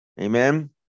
amen